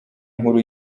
nkuru